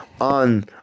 On